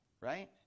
right